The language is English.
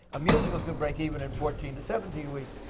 a musical could break even in fourteen to seventeen weeks.